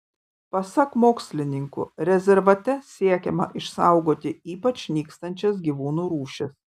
pasak mokslininkų rezervate siekiama išsaugoti ypač nykstančias gyvūnų rūšis